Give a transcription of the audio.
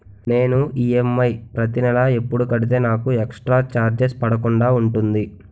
నేను ఈ.ఎం.ఐ ప్రతి నెల ఎపుడు కడితే నాకు ఎక్స్ స్త్ర చార్జెస్ పడకుండా ఉంటుంది?